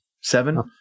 Seven